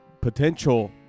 potential